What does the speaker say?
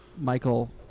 Michael